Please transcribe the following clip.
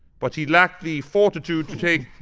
but he lacked the fortitude to take,